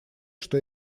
что